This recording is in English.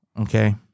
Okay